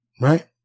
Right